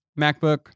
MacBook